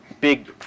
big